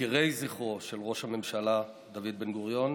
מוקירי זכרו של ראש הממשלה דוד בן-גוריון,